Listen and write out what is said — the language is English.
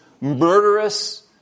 murderous